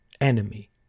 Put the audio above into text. enemy